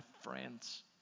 friends